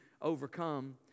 overcome